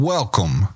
Welcome